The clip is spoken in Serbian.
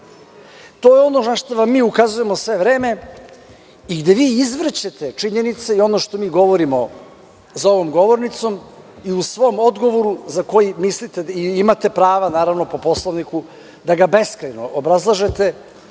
To je ono na šta vam mi ukazujemo sve vreme i gde vi izvrćete činjenice i ono što govorimo za onom govornicom i u svom odgovoru, za koji mislite i imate prava po Poslovniku da ga beskrajno obrazlažete,